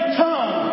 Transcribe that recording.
tongue